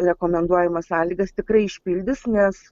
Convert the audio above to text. rekomenduojamas sąlygas tikrai išpildys nes